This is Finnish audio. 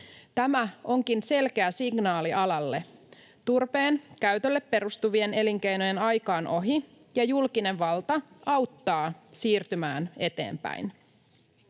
Tämä onkin selkeä signaali alalle: turpeen käytölle perustuvien elinkeinojen aika on ohi, ja julkinen valta auttaa siirtymään eteenpäin.